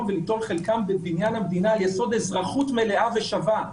וליטול חלקם בבניין המדינה על יסוד אזרחות מלאה ושווה.